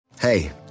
Hey